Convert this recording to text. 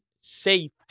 safe